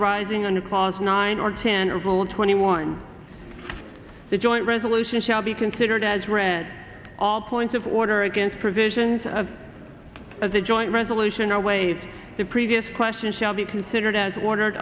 those arising in a clause nine or ten rouble twenty one the joint resolution shall be considered as read all points of order against provisions of the joint resolution or waive the previous question shall be considered as ordered